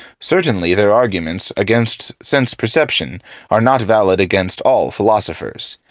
certainly, their arguments against sense perception are not valid against all philosophers.